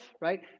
right